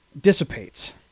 dissipates